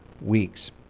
weeks